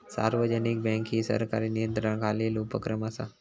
सार्वजनिक बँक ही सरकारी नियंत्रणाखालील उपक्रम असा